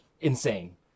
insane